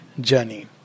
journey